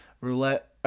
roulette